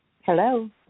Hello